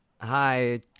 Hi